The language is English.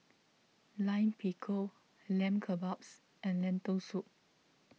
Lime Pickle Lamb Kebabs and Lentil Soup